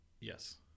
Yes